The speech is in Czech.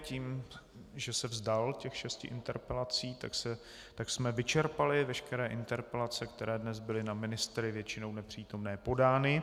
Tím, že se vzdal šesti interpelací, jsme vyčerpali veškeré interpelace, které dnes byly na ministry, většinou nepřítomné, podány.